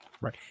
Right